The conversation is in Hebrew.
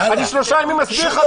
אני שלושה ימים מסביר לך,